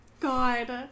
God